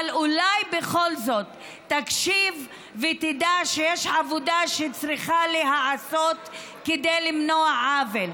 אבל אולי בכל זאת תקשיב ותדע שיש עבודה שצריכה להיעשות כדי למנוע עוול.